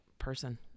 person